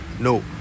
no